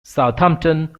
southampton